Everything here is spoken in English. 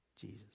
Jesus